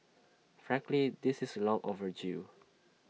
frankly this is long overdue